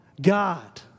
God